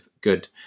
good